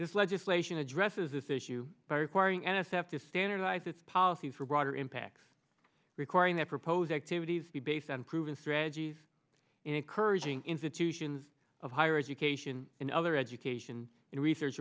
this legislation addresses this issue by requiring n s f to standardize its policies for broader impacts requiring that propose activities be based on proven strategies encouraging institutions of higher education in other education and research